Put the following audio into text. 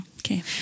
Okay